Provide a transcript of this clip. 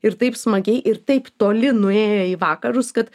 ir taip smagiai ir taip toli nuėję į vakarus kad